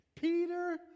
Peter